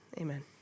Amen